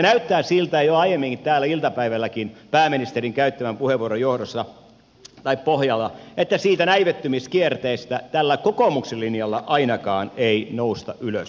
näyttää siltä jo aiemmin iltapäivälläkin täällä pääministerin käyttämän puheenvuoron pohjalta että siitä näivettymiskierteestä tällä kokoomuksen linjalla ainakaan ei nousta ylös